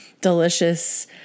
delicious